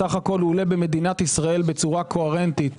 בסך הכול עולה במדינת ישראל בצורה קוהרנטית